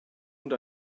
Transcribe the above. und